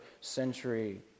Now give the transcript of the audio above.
century